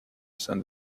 said